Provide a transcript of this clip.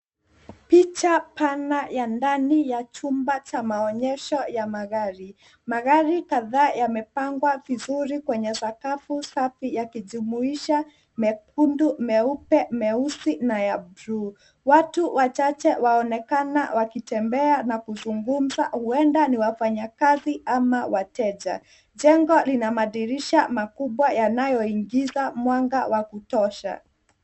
Picha pana ya ndani ya chumba cha maonyesho ya magari. Magari kadhaa yamepangwa vizuri kwenye sakafu safi yakijumuisha mekundu, meupe, meusi na ya buluu. Watu wachache waonekana wakitembea na kuzungumza huenda ni wafanyakazi au wateja. Jengo lina madirisha makubwa yanayoingiza mwanga wa kutosha.